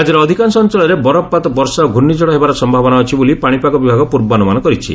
ରାଜ୍ୟର ଅଧିକାଂଶ ଅଞ୍ଚଳରେ ବରଫପାତ ବର୍ଷା ଓ ଘ୍ରର୍ଣ୍ଣିଝଡ଼ ହେବାର ସମ୍ଭାବନା ଅଛି ବୋଲି ପାଣିପାଗ ବିଭାଗ ପୂର୍ବାନୁମାନ କରିଛି